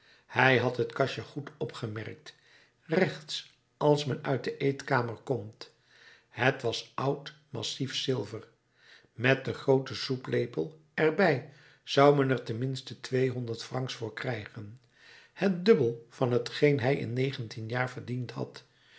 hij had het kastje goed opgemerkt rechts als men uit de eetkamer komt het was oud massief zilver met den grooten soeplepel er bij zou men er ten minste tweehonderd francs voor krijgen het dubbel van hetgeen hij in negentien jaar verdiend had